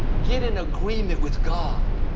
get in agreement with god.